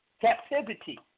captivity